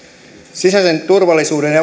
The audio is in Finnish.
sisäisen turvallisuuden